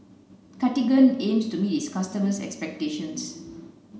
Cartigain aims to meet its customers' expectations